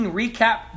recap